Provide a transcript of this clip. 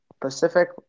Pacific